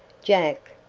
jack!